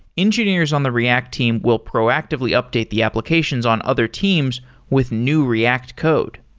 engineers on the react team will proactively update the applications on other teams with new react code.